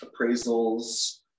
appraisals